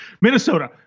minnesota